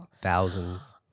thousands